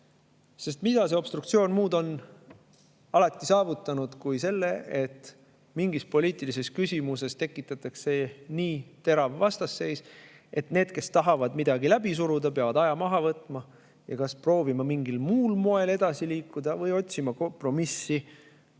Mida muud on obstruktsioon alati saavutanud kui seda, et mingis poliitilises küsimuses tekitatakse nii terav vastasseis, et need, kes tahavad midagi läbi suruda, peavad aja maha võtma ja kas proovima mingil muul moel edasi liikuda või otsima kompromissi